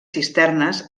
cisternes